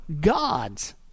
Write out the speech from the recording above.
gods